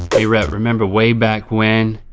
hey rhett, remember way back when?